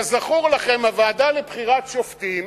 כזכור לכם, הוועדה לבחירת שופטים